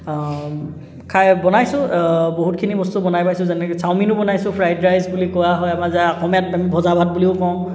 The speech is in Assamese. খাই বনাইছোঁ বহুতখিনি বস্তু বনাই পাইছোঁ যেনেকৈ চাওমিনো বনাইছোঁ ফ্ৰাইড ৰাইচ বুলি কোৱা হয় যাক আমাৰ অসমীয়াত ভজা ভাত বুলিও কওঁ